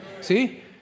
See